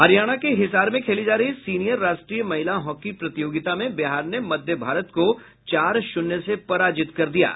हरियाणा के हिसार में खेली जा रही सीनियर राष्ट्रीय महिला हॉकी प्रतियोगिता में बिहार ने मध्य भारत को चार शून्य से पराजित कर दिया है